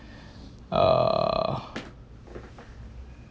uh